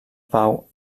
pau